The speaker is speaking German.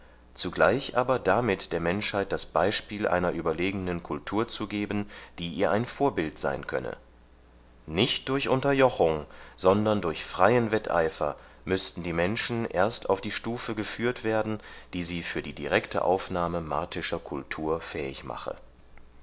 zugleich aber damit der menschheit das beispiel einer überlegenen kultur zu geben die ihr ein vorbild sein könne nicht durch unterjochung sondern durch freien wetteifer müßten die menschen erst auf die stufe geführt werden die sie für die direkte aufnahme martischer kultur fähig mache